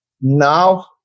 now